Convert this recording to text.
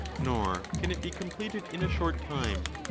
nor can it be completed in a short time.